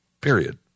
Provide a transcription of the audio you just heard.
Period